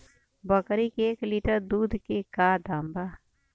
बकरी के एक लीटर दूध के का दाम बा?